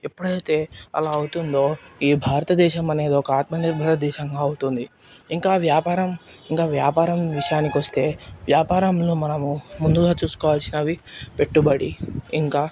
ఎప్పుడైతే అలా అవుతుందో ఈ భారతదేశం అనేది ఒక ఆత్మనిబ్బర దేశంగా అవుతుంది దేశంలో ఇంకా వ్యాపారం ఇంకా వ్యాపారం విషయానికొస్తే వ్యాపారంలో మనము ముందుగా చూసుకోవలసినవి పెట్టుబడి ఇంకా